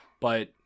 but-